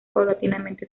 paulatinamente